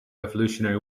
revolutionary